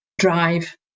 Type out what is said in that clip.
drive